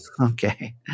okay